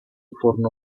furono